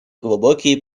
глубокие